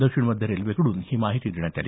दक्षिण मध्य रेल्वेकडून ही माहिती देण्यात आली